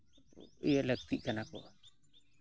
ᱤᱭᱟᱹ ᱞᱟᱹᱠᱛᱤ ᱠᱟᱱᱟ ᱠᱚ